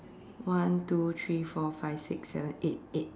one two three four five six seven eight eight